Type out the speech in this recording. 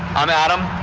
i'm adam,